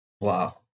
Wow